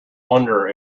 wonder